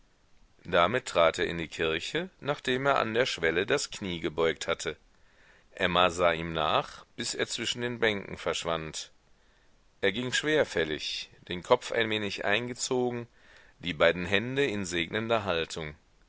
damit trat er in die kirche nachdem er an der schwelle das knie gebeugt hatte emma sah ihm nach bis er zwischen den bänken verschwand er ging schwerfällig den kopf ein wenig eingezogen die beiden hände in segnender haltung